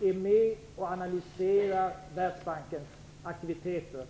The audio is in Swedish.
är med och analyserar Världsbankens aktiviteter.